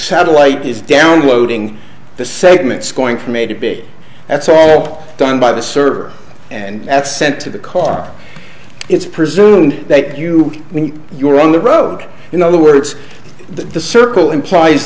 satellite is downloading the segments going from a to b that's all done by the server and it's sent to the car it's presumed that you when you are on the rug in other words the circle implies